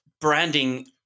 branding